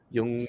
Yung